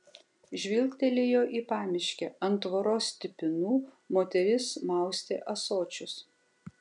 žvilgtelėjo į pamiškę ant tvoros stipinų moteris maustė ąsočius